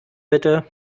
bitte